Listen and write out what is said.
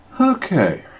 Okay